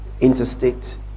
interstate